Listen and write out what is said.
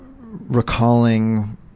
recalling